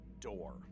door